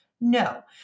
No